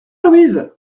louise